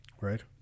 right